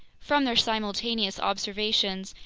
from their simultaneous observations,